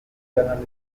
journalism